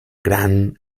gran